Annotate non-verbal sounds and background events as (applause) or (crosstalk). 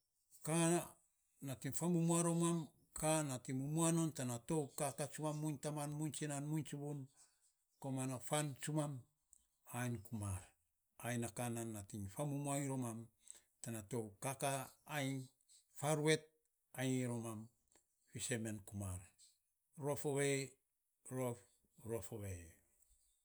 Kaa nating vamumua romam, ka nating mumua non tana tou kakaa tsumam, muiny taman, muiny tsinan, muiny tsuvun, komana fan bumam, ainy komar, ai na na ka nating fa mumua romam, tana tou kaka, ainy foruet ainy romam fisen men kumar, rof ovei, (unintelligible) rof, rof ovei.